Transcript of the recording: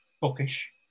bookish